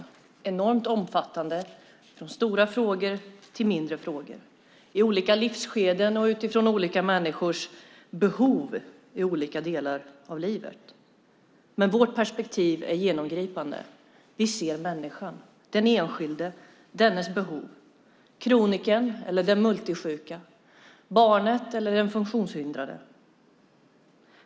Det är enormt omfattande, från stora frågor till mindre frågor, i olika livsskeden och utifrån olika människors behov i olika delar av livet. Vårt perspektiv är genomgripande. Vi ser människan, den enskilde, dennes behov. Kronikern eller den multisjuka. Barnet eller den funktionshindrade.